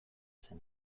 zen